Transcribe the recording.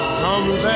comes